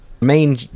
main